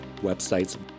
websites